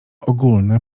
ogólne